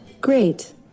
Great